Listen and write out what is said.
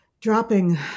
dropping